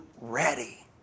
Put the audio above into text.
ready